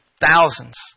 Thousands